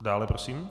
Dále prosím.